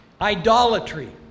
idolatry